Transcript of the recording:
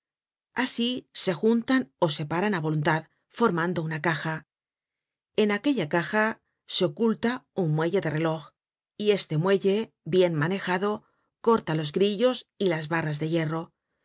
asi se juntan ó separan á voluntad formando una caja en aquella caja se oculta un muelle de reloj y este muelle bien manejado corta los grillos y las bar ras de hierro